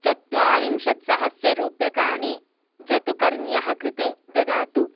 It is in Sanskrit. चत्वारिंशत् सह्स्र रूप्यकाणि जतुकर्ण्यः कृते ददातु